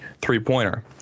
three-pointer